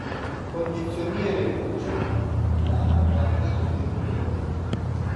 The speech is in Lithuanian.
kondicionieriui ūžiant lena vargiai išgirdo jo žodžius